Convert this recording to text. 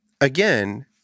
again